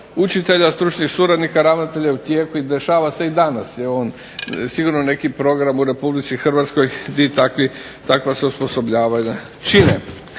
učitelja, stručnih suradnika, ravnatelja je u tijeku i dešava se i danas je on sigurno neki program u Republici Hrvatskoj di takva se osposobljavanja čine.